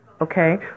okay